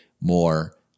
more